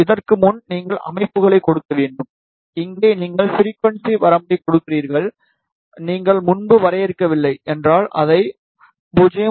இதற்கு முன் நீங்கள் அமைப்புகளை கொடுக்க வேண்டும் இங்கே நீங்கள் ஃபிரிகுவன்ஸி வரம்பைக் கொடுக்கிறீர்கள் நீங்கள் முன்பு வரையறுக்கவில்லை என்றால் அதை 0